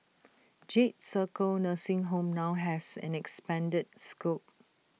jade circle nursing home now has an expanded scope